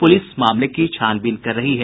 प्रलिस मामले की छानबीन कर रही है